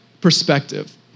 perspective